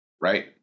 right